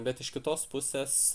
bet iš kitos pusės